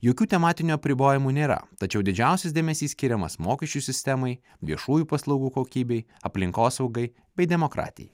jokių tematinių apribojimų nėra tačiau didžiausias dėmesys skiriamas mokesčių sistemai viešųjų paslaugų kokybei aplinkosaugai bei demokratijai